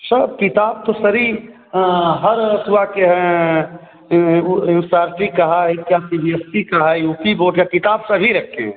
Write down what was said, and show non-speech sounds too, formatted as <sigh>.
सब किताब तो सरी हर अथवा के हैं <unintelligible> का है क्या सी बी एस सी का है यू पी बोर्ड का किताब सभी रखे हैं